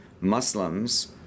Muslims